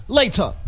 later